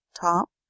top